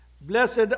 blessed